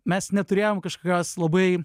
mes neturėjom kažkokios labai